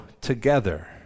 together